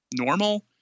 normal